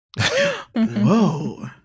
Whoa